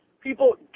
people